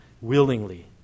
willingly